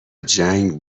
جنگ